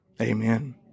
Amen